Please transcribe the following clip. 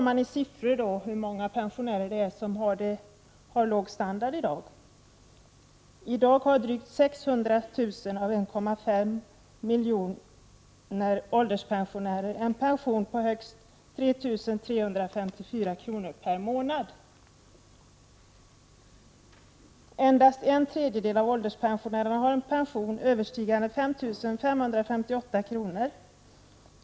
Man redovisade hur många pensionärer det är som har låg standard: Endast 1/3 av ålderspensionärerna har en pension överstigande 5 558 kr.